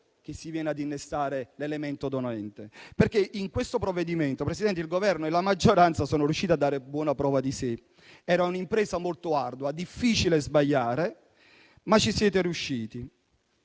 che si viene ad innestare l'elemento dolente. Su questo provvedimento, il Governo e la maggioranza sono riusciti a dare buona prova di sé. Era un'impresa molto ardua: difficile sbagliare, ma ci siete riusciti.